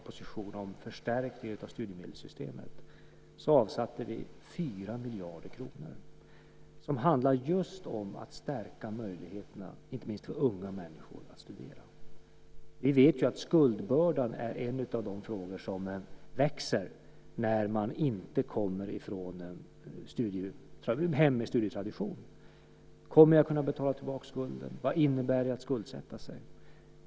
Fru talman! När regeringen förra mandatperioden lade fram en proposition om förstärkning av studiemedelssystemet avsatte vi 4 miljarder kronor. Det handlar just om att stärka möjligheterna inte minst för unga människor att studera. Vi vet att skuldbördan är en av de frågor som växer fram när man inte kommer från hem med studietradition. Kommer jag att kunna betala tillbaka skulden? Vad innebär det att skuldsätta sig?